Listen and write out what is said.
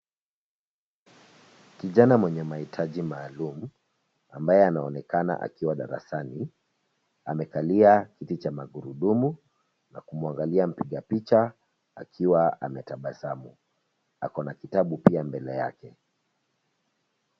Kijana mwenye mahitaji maalumu amabaye anaonekana akiwa darasani amekalia kiti cha magurudumu na kumwangalia mpiga picha akiwa ametabasamu ako na kitabu pia mbele yake.